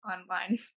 online